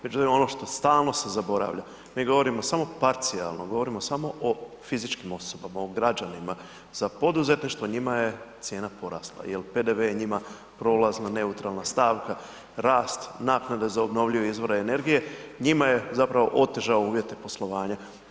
Međutim, ono što stalno se zaboravlja, mi govorimo samo parcijalno, govorimo samo o fizičkim osobama, o građanima, za poduzetništvo njima je cijena porasla jel PDV je njima prolazna neutralna stavka, rast, naknade za obnovljivi izvore energije, njima je zapravo otežao uvjete poslovanja.